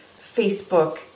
Facebook